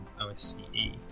OSCE